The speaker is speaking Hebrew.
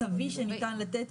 המיטבי שניתן לתת.